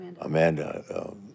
Amanda